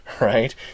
right